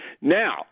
Now